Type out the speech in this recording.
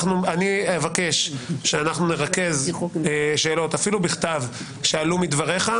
אני אבקש שנרכז שאלות, אפילו בכתב, שעלו מדבריך,